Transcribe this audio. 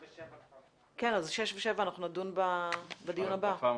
ו-7 אנחנו נדון בדיון הבא.